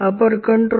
U